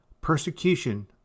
Persecution